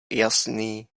jasný